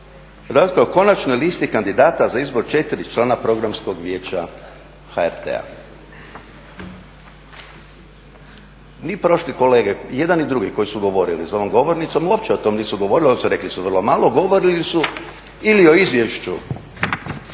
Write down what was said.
rasprava o konačnoj listi kandidata za izbor četiri člana Programskog vijeća HRT-a. Ni prošli kolege, jedan i drugi koji su govorili za ovom govornicom uopće o tom nisu govorili, odnosno rekli su vrlo malo, govorili su ili o izvješću